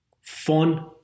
Fun